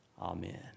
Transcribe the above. Amen